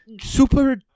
Super